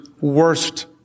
worst